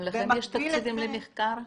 גם לכם יש תקציבים למחקר?